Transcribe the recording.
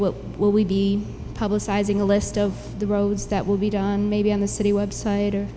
will we be publicizing a list of the roads that will be done maybe on the city website or